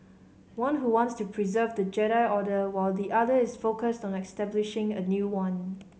one who wants to preserve the Jedi Order while the other is focused on establishing a new one